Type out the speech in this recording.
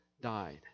died